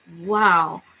wow